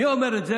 מי אומר את זה?